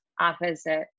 opposite